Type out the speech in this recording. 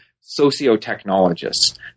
socio-technologists